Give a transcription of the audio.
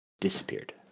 disappeared